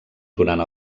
durant